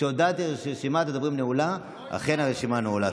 כשהודעתי שרשימת הדוברים נעולה, אכן הרשימה נעולה.